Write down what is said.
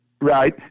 Right